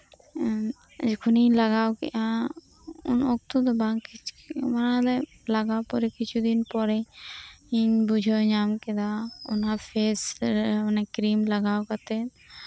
ᱮᱸᱜ ᱡᱚᱠᱷᱚᱱᱤᱧ ᱞᱟᱜᱟᱣ ᱠᱮᱫᱼᱟ ᱩᱱ ᱚᱠᱛᱚ ᱫᱚ ᱵᱟᱝ ᱚᱱᱟ ᱨᱮ ᱞᱟᱜᱟᱣ ᱯᱚᱨᱮ ᱠᱤᱪᱷᱩ ᱫᱤᱱ ᱯᱚᱨᱮ ᱤᱧ ᱵᱩᱡᱷᱟᱹᱣ ᱧᱟᱢ ᱠᱮᱫᱟ ᱚᱱᱟ ᱯᱷᱮᱥ ᱨᱮ ᱚᱱᱟ ᱠᱨᱤᱢ ᱞᱟᱜᱟᱣ ᱠᱟᱛᱮ